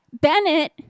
Bennett